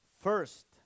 first